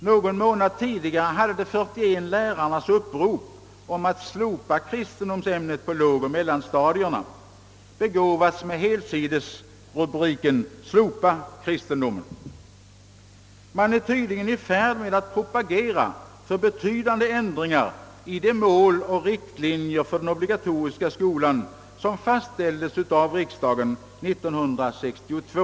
Någon månad tidigare hade de 41 lärarnas upprop om att slopa kristendomsämnet på lågoch mellanstadierna begåvats med helsidesrubriken »Slopa <kristendomen!». Man är tydligen i färd med att propagera för betydande ändringar i de mål och riktlinjer för den obligatoriska skolan, som fastställdes av riksdagen 1962.